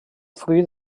fruit